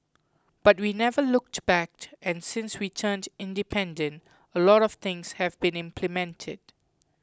but we never looked back and since we turned independent a lot of things have been implemented